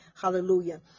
Hallelujah